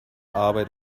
arbeit